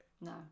No